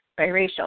biracial